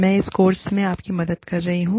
मैं इस कोर्स में आपकी मदद कर रही हूँ